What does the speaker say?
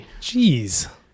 Jeez